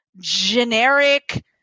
generic